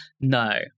no